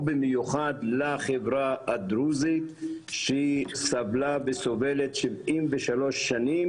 ובמיוחד לחברה הדרוזית שהיא סבלה וסובלת 73 שנים,